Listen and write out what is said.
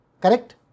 Correct